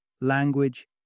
language